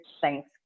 thanks